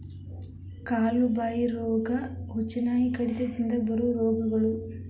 ಕಾಲು ಬಾಯಿ ರೋಗಾ, ಹುಚ್ಚುನಾಯಿ ಕಡಿತದಿಂದ ಬರು ರೋಗಗಳು